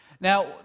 Now